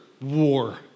war